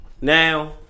Now